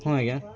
ହଁ ଆଜ୍ଞା